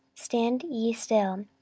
stand ye still,